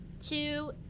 two